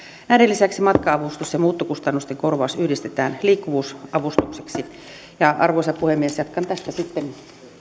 näiden lisäksi matka avustus ja muuttokustannusten korvaus yhdistetään liikkuvuusavustukseksi arvoisa puhemies jatkan tästä sitten